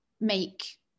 make